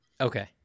Okay